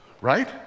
right